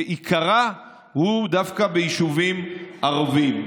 שעיקרה הוא דווקא ביישובים ערביים.